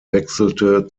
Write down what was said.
wechselte